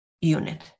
unit